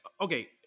okay